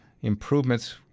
improvements